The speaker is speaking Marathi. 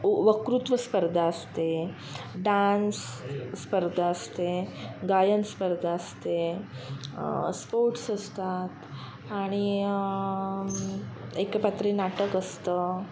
वक्तृत्व स्पर्धा असते डान्स स्पर्धा असते गायन स्पर्धा असते स्पोर्ट्स असतात आणि एकपात्री नाटक असतं